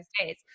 days